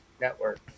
Network